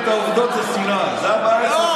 בסדר.